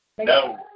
No